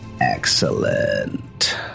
Excellent